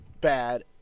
bad